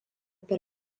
per